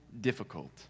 difficult